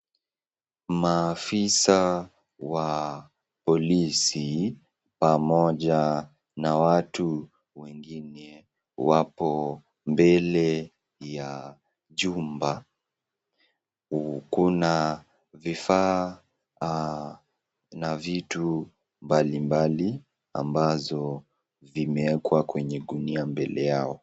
Maafisa wa polisi pamoja na watu wengine wapo mbele ya jumba. Kuna vifaa na vitu mbalimbali ambazo vimeekwa kwenye gunia mbele yao.